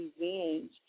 revenge